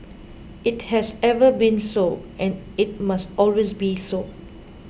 it has ever been so and it must always be so